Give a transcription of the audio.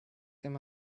them